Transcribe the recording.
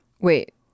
Wait